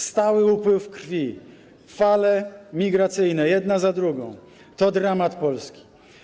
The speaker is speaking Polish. Stały upływ krwi, fale migracyjne, jedna za drugą, to dramat Polski.